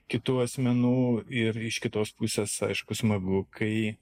kitų asmenų ir iš kitos pusės aišku smagu kai